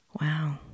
Wow